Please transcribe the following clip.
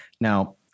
Now